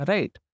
Right